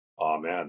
Amen